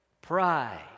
pride